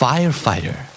Firefighter